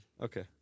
Okay